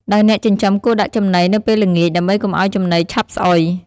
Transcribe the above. ដោយអ្នកចិញ្ចឹមគួរដាក់ចំណីនៅពេលល្ងាច ដើម្បីកុំឲ្យចំណីឆាប់ស្អុយ។